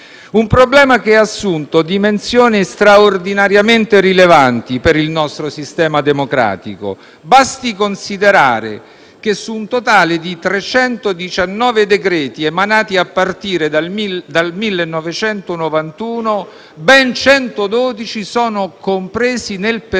un problema che ha assunto dimensioni straordinariamente rilevanti per il nostro sistema democratico. Basti considerare che, su un totale di 319 decreti emanati a partire dal 1991, ben 112 sono compresi nel periodo